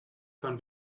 van